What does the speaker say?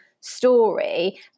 story